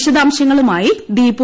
വിശദാംശങ്ങളുമായി ദീപു